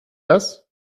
das